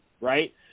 right